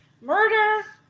murder